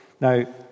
Now